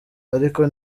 ariko